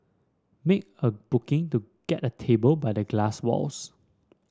make a booking to get a table by the glass walls